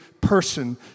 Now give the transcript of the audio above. person